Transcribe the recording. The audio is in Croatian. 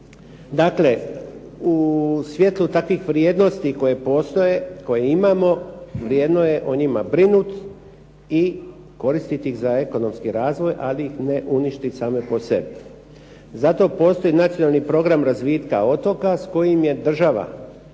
Dakle, u svjetlu takvih vrijednosti koje postoje, koje imamo, vrijedno je o njima brinut i koristit ih za ekonomski razvoj, ali ih ne uništit same po sebi. Zato postoji Nacionalni program razvitka otoka s kojim je država htjela